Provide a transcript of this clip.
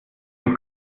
man